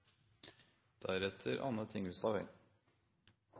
Tingelstad Wøien